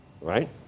right